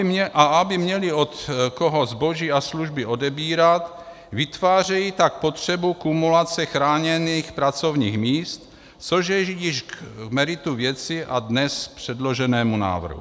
A aby měly od koho zboží a služby odebírat, vytvářejí tak potřebu kumulace chráněných pracovních míst, což je již k meritu věci a dnes předloženému návrhu.